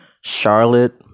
Charlotte